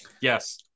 Yes